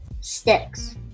sticks